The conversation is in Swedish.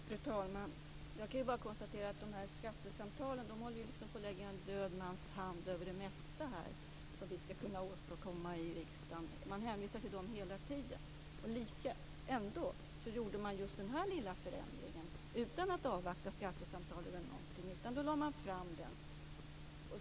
Fru talman! Jag kan bara konstatera att skattesamtalen håller på att lägga en död hand över det mesta som vi skall åstadkomma i riksdagen. Man hänvisar hela tiden till dem. Ändå gjorde man just den här lilla förändringen utan att avvakta skattesamtal eller någonting annat; man bara lade fram den.